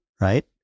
right